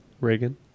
Reagan